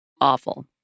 Awful